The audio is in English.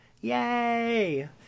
Yay